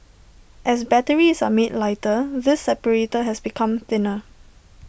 as batteries are made lighter this separator has become thinner